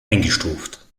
eingestuft